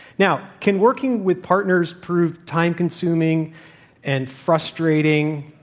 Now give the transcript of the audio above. now, can working with partners prove time-consuming and frustrating?